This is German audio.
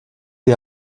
die